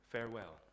Farewell